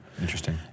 Interesting